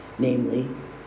namely